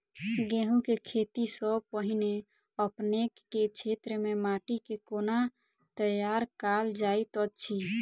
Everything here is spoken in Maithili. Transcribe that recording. गेंहूँ केँ खेती सँ पहिने अपनेक केँ क्षेत्र मे माटि केँ कोना तैयार काल जाइत अछि?